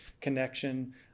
connection